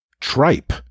tripe